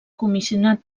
comissionat